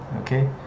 okay